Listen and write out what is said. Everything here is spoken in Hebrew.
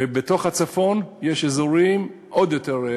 ובתוך הצפון יש אזורים, עוד יותר.